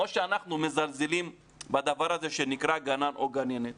או שאנחנו מזלזלים בדבר הזה שנקרא גנן או גננת